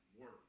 work